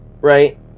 Right